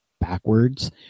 backwards